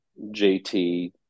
JT